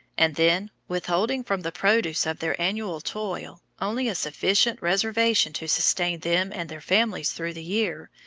and then withholding from the produce of their annual toil only a sufficient reservation to sustain them and their families through the year,